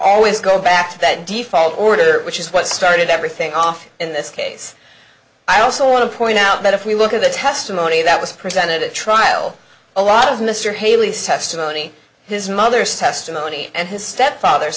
always go back to that default order which is what started everything off in this case i also want to point out that if we look at the testimony that was presented at trial a lot of mr haley sexton only his mother's testimony and his stepfather